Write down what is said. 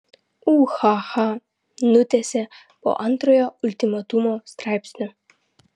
ūhaha nutęsė po antrojo ultimatumo straipsnio